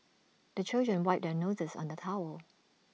the children wipe their noses on the towel